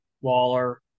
Waller